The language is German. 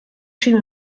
schäme